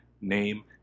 Name